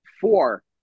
four